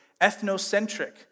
ethnocentric